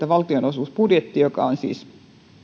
valtionosuusbudjetti on siis